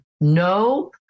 no